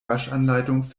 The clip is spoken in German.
waschanleitung